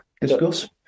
discuss